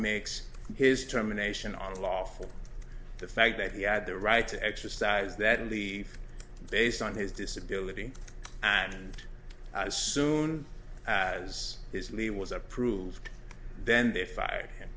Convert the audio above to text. makes his terminations on law for the fact that he had the right to exercise that and leave based on his disability and as soon as his lee was approved then they fired him